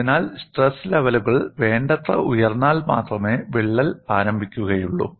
അതിനാൽ സ്ട്രെസ് ലെവലുകൾ വേണ്ടത്ര ഉയർന്നാൽ മാത്രമേ വിള്ളൽ ആരംഭിക്കുകയുള്ളൂ